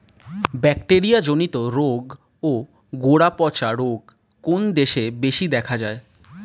Bacteria জনিত রোগ ও গোড়া পচা রোগ কোন দেশে বেশি দেখা যায়?